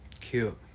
Cute